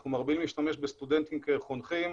אנחנו מרבים להשתמש בסטודנטים כחונכים.